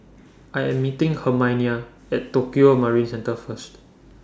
I Am meeting Herminia At Tokio Marine Centre First